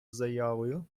заявою